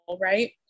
right